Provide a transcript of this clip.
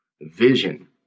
Vision